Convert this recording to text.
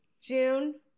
June